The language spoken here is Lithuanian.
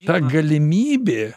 ta galimybė